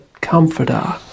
comforter